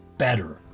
better